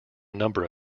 number